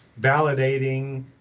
validating